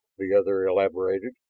the other elaborated,